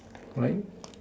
quite